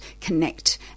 connect